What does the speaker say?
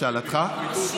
לשאלתך.